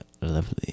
lovely